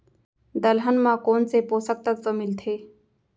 दलहन म कोन से पोसक तत्व मिलथे?